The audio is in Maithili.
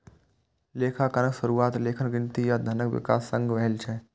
लेखांकनक शुरुआत लेखन, गिनती आ धनक विकास संग भेल रहै